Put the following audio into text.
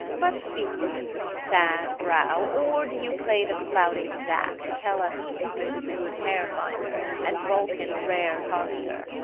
but speak you this with a sad brow, or do you play the flouting jack, to tell us cupid is a good hare-finder, and vulcan a rare carpenter?